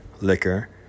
liquor